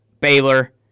Baylor